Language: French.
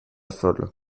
folle